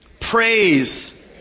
praise